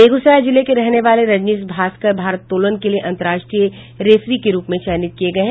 बेगूसराय जिले के रहने वाले रजनीश भास्कर भारोत्तोलन के लिए अन्तर्राष्ट्रीय रेफरी के रूप में चयनित किये गये है